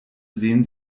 sehen